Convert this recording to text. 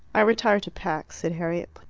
i retire to pack, said harriet.